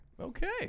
Okay